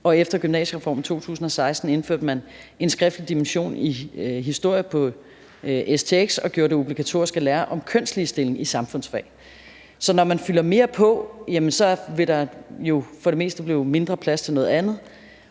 Efter gymnasiereformen i 2016 indførte man en skriftlig dimension i historie på stx og gjorde det obligatorisk at lære om kønsligestilling i samfundsfag. Så når man fylder mere på, vil der jo for det meste blive mindre plads til noget andet.